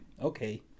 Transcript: okay